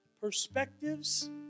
perspectives